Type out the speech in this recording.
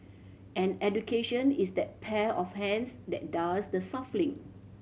and education is that pair of hands that does the shuffling